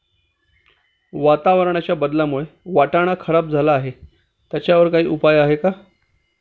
वातावरणाच्या बदलामुळे वाटाणा खराब झाला आहे त्याच्यावर काय उपाय आहे का?